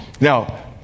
Now